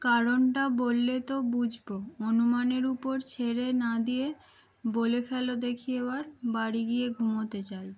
কারণটা বললে তো বুঝবো অনুমানের উপর ছেড়ে না দিয়ে বলে ফেলো দেখি এবার বাড়ি গিয়ে ঘুমোতে চাই